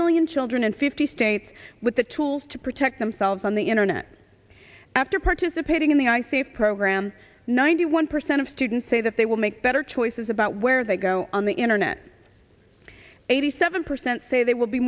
million children in fifty states with the tools to protect themselves on the internet after participating in the i say program ninety one percent of students say that they will make better choices about where they go on the internet eighty seven percent say they will be